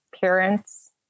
parents